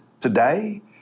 today